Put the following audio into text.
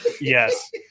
Yes